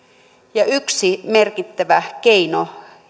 yksi merkittävä keino